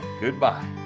Goodbye